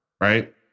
right